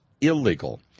illegal